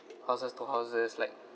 houses to houses like